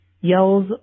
Yells